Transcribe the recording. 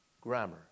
Grammar